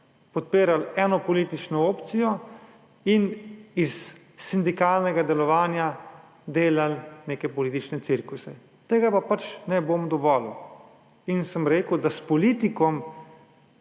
podpirali eno politično opcijo in iz sindikalnega delovanja delali neke politične cirkuse. Tega pa pač ne bom dovolil. In sem rekel, da se s politikom